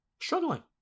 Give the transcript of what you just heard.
struggling